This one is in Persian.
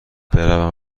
بروم